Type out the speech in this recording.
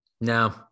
No